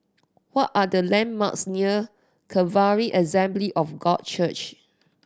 what are the landmarks near Calvary Assembly of God Church